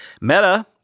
Meta